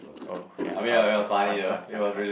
oh ya fun fun fun fun fun fun